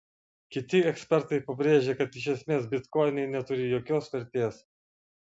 kiti ekspertai pabrėžia kad iš esmės bitkoinai neturi jokios vertės